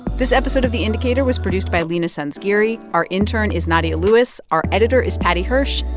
this episode of the indicator was produced by leena sanzgiri. our intern is nadia lewis. our editor is paddy hirsch.